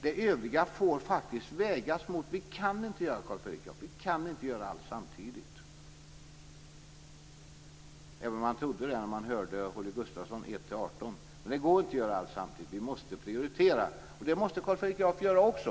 Det övriga får faktiskt övervägas. Vi kan inte göra allt samtidigt, även om man trodde det när man hörde Holger Gustafssons 18 punkter. Men det går inte att göra allting samtidigt, utan vi måste prioritera. Det måste Carl Fredrik Graf göra också.